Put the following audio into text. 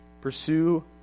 pursue